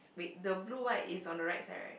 wait the blue white is on the right side right